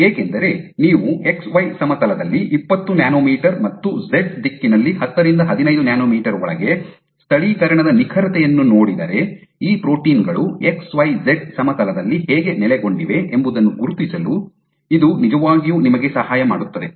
ಏಕೆಂದರೆ ನೀವು X Y ಸಮತಲದಲ್ಲಿ ಇಪ್ಪತ್ತು ನ್ಯಾನೊಮೀಟರ್ ಮತ್ತು ಝೆಡ್ ದಿಕ್ಕಿನಲ್ಲಿ ಹತ್ತರಿಂದ ಹದಿನೈದು ನ್ಯಾನೊಮೀಟರ್ ಒಳಗೆ ಸ್ಥಳೀಕರಣದ ನಿಖರತೆಯನ್ನು ನೋಡಿದರೆ ಈ ಪ್ರೋಟೀನ್ ಗಳು ಎಕ್ಸ್ ವೈ ಝೆಡ್ ಸಮತಲದಲ್ಲಿ ಹೇಗೆ ನೆಲೆಗೊಂಡಿವೆ ಎಂಬುದನ್ನು ಗುರುತಿಸಲು ಇದು ನಿಜವಾಗಿಯೂ ನಿಮಗೆ ಸಹಾಯ ಮಾಡುತ್ತದೆ